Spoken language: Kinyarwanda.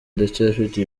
ndacyafite